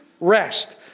rest